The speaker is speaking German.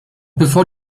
bevor